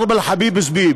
(אומר בערבית ומתרגם:)